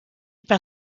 par